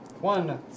One